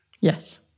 Yes